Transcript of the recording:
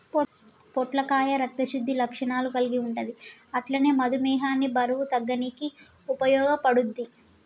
పొట్లకాయ రక్త శుద్ధి లక్షణాలు కల్గి ఉంటది అట్లనే మధుమేహాన్ని బరువు తగ్గనీకి ఉపయోగపడుద్ధి